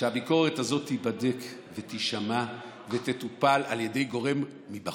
חבריי ואני בפרט, חבריי ואני בפרט מפנים